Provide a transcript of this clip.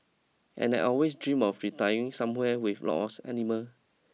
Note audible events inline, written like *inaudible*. and I'd always dreamed of retiring somewhere with lot *unintelligible* of animal